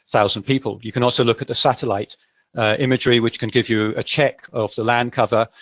thousand people. you can also look at the satellite imagery, which can give you a check of the land cover.